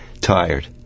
tired